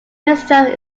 mixture